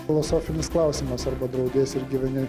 filosofinis klausimas arba draudies ir gyveni